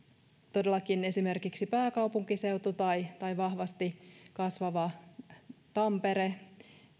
todellakin esimerkiksi pääkaupunkiseutu tai tai vahvasti kasvava